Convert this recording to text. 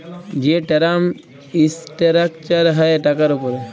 যে term structure হ্যয় টাকার উপরে